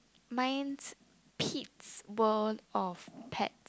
mine's Pete's World of Pet